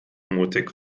mutig